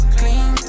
clean